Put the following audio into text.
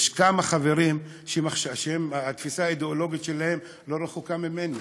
יש כמה חברים שהתפיסה האידיאולוגית שלהם לא רחוקה ממני,